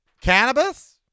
cannabis